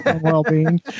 well-being